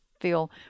feel